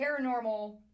paranormal